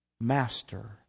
master